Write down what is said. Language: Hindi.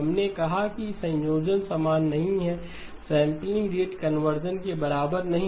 हमने कहा कि यह संयोजन समान नहीं है सैंपलिंग रेट कन्वर्शन के बराबर नहीं है